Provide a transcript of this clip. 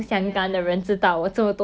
when I go somewhere you know like